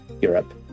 Europe